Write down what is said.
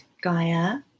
Gaia